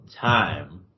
time